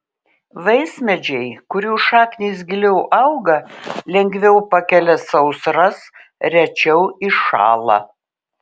vaismedžiai kurių šaknys giliau auga lengviau pakelia sausras rečiau iššąla